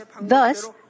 Thus